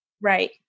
Right